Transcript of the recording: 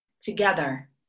Together